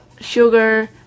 sugar